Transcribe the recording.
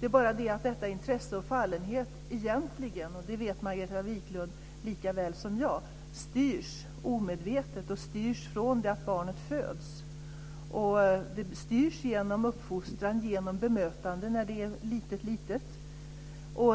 Det är bara det att intresset och fallenheten styrs omedvetet. Det vet Margareta Viklund likaväl som jag. Det styrs från det att barnet föds, genom uppfostran och bemötande när barnet är mycket litet.